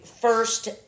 first